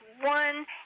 one